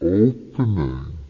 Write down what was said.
opening